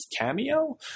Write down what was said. cameo